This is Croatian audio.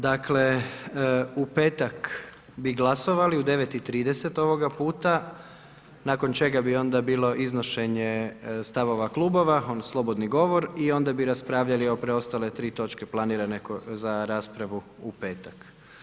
Dakle, u petak bi glasovali u 9,30h ovoga puta nakon čega bi onda bilo iznošenje stavova klubova, slobodni govor i onda bi raspravljali o preostale 3 točke planirane za raspravu u petak.